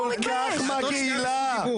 אבל את לא אמרת באופן ברור שהמשטרה כפופה,